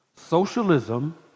Socialism